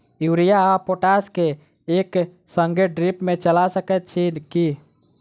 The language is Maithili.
यूरिया आ पोटाश केँ एक संगे ड्रिप मे चला सकैत छी की?